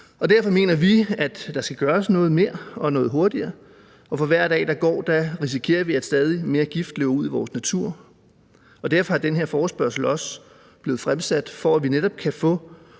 derfor mener vi, at der skal gøres noget mere og noget hurtigere, og for hver dag, der går, risikerer vi, at stadig mere gift løber ud i vores natur. Og derfor er den her forespørgsel også blevet stillet, for at vi netop kan få